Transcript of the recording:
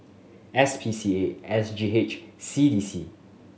S P C A S G H C D C